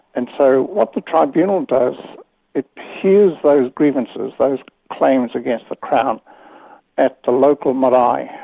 and so what the tribunal does it hears those grievances, those claims against the crown at the local marai,